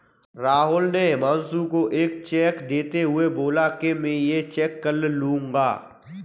राहुल ने हुमांशु को एक चेक देते हुए बोला कि मैं ये चेक कल लूँगा